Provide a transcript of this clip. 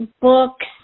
books